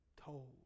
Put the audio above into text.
told